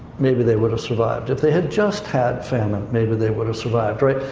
maybe they would have survived. if they had just had famine, maybe they would have survived, right.